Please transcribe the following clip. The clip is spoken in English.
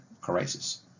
crisis